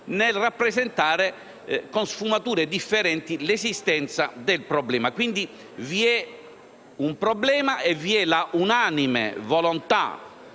nel rappresentare con sfumature differenti l'esistenza del problema. Vi è quindi un problema e vi è l'unanime volontà,